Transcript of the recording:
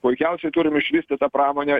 puikiausiai turim išvystytą pramonę